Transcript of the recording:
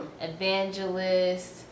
evangelist